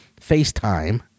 FaceTime